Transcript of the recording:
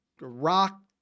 rock